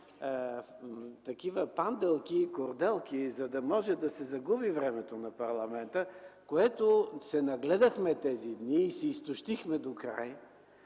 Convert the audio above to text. панделки, корделки, за да може да се загуби времето на парламента, на което се нагледахме тези дни и се изтощихме докрай,